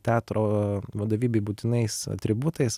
teatro vadovybei būtinais atributais